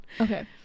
okay